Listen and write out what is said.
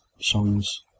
songs